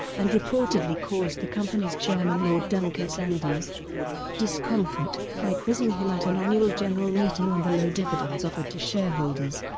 and reportedly caused the company's chairman lord duncan-sandys discomfort by quizzing him at an annual general meeting on the low dividends offered to shareholders.